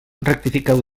rectifiqueu